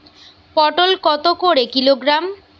পটল কত করে কিলোগ্রাম?